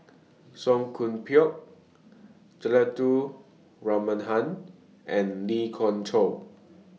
Song Koon Poh Juthika Ramanathan and Lee Khoon Choy